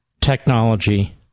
technology